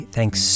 Thanks